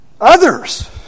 Others